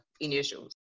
initials